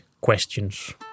questions